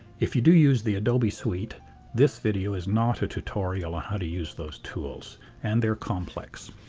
if you do use the adobe suite this video is not a tutorial on how to use those tools and they're complex.